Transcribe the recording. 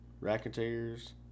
Racketeers